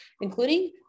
including